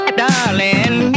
darling